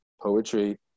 poetry